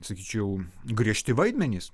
sakyčiau griežti vaidmenys